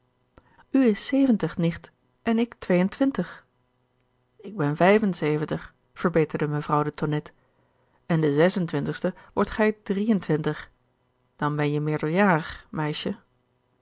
is zeventig nicht en ik twee en twintig ik ben vijf en zeventig verbeterde mevrouw de tonnette en de zesentwintigste wordt gij drie en twintig dan ben je meerderjarig meisje